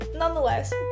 Nonetheless